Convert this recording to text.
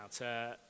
now